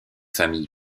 famille